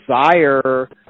desire